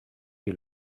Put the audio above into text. you